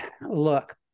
look